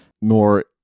more